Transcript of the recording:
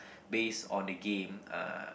based on the game uh